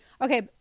okay